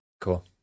Cool